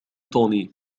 توني